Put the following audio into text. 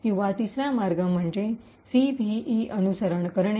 किंवा तिसरा मार्ग म्हणजे सीव्हीई अनुसरण करणे